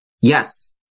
Yes